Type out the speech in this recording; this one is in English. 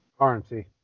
RNC